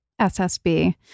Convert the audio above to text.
SSB